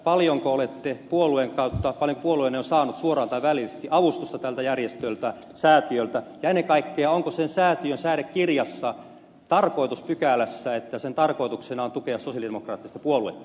paljonko olet tie puolueen kautta oli puolueenne on saanut suoraan tai välillisesti avustusta tältä säätiöltä ja ennen kaikkea onko sen säätiön säädekirjassa tarkoituspykälässä että sen tarkoituksena on tukea sosialidemokraattista puoluetta